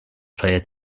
player